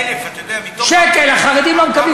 שקל החרדים לא מקבלים.